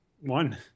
one